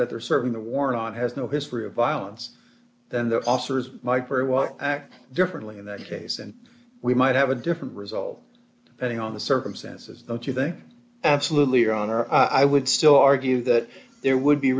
that they're serving the warrant on has no history of violence than the officers might very well act differently in that case and we might have a different result betting on the circumstances don't you there absolutely are on our i would still argue that there would be